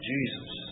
Jesus